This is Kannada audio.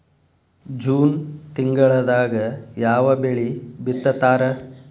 ಜೂನ್ ತಿಂಗಳದಾಗ ಯಾವ ಬೆಳಿ ಬಿತ್ತತಾರ?